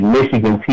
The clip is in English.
Michigan